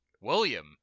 William